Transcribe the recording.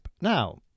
Now